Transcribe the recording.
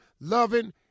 loving